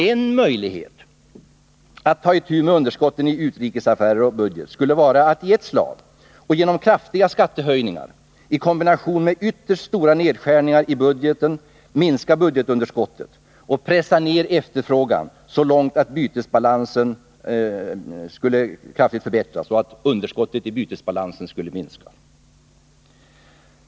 En möjlighet att ta itu med underskotten i utrikesaffärer och budget skulle vara att i ett slag, och genom kraftiga skattehöjningar i kombination med ytterst stora nedskärningar i budgeten, minska budgetunderskottet och pressa ner efterfrågan så långt att bytesbalansunderskottet minskar drastiskt.